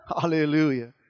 Hallelujah